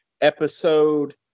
episode